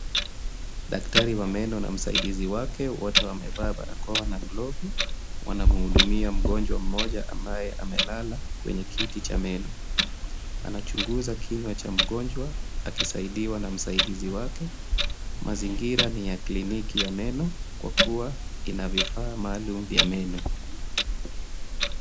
Daktari wa meno na msaidizi wake wote wamevaa barakoa na glovu wanamhudumia mgonjwa mmoja ambaye amelala kwenye kiti cha meno. Anachunguza kinywa cha mgonjwa akisaidiwa na msaidizi wake. Mazingira ni ya kliniki ya meno kwa kuwa ina vifaa maalum vya meno.